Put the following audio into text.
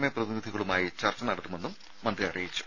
A പ്രതിനിധികളുമായി ചർച്ച നടത്തുമെന്നും മന്ത്രി അറിയിച്ചു